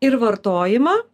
ir vartojimą